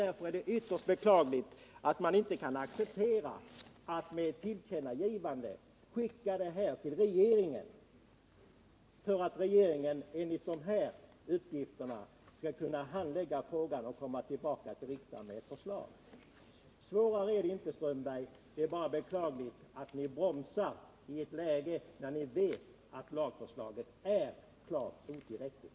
Därför är det ytterst beklagligt att man inte kan acceptera att ett tillkännagivande görs för regeringen om hur den bör handlägga frågan och om att den sedan skall komma tillbaka till riksdagen med ett förslag. Det är beklagligt, herr Strömberg, att ni bromsar utvecklingen i ett läge där ni vet att lagförslaget är klart otillräckligt.